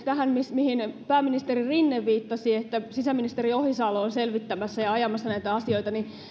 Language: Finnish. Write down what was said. tähän mihin pääministeri rinne viittasi että sisäministeri ohisalo on selvittämässä ja ajamassa näitä asioita niin